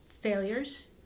failures